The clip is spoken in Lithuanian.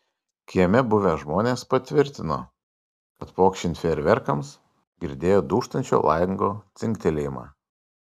kieme buvę žmonės patvirtino kad pokšint fejerverkams girdėjo dūžtančio lango dzingtelėjimą